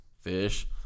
fish